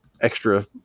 extra